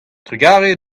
trugarez